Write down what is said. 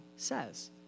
Says